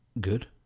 good